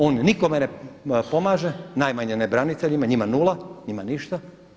On nikome ne pomaže, najmanje ne braniteljima, njima nula, njima ništa.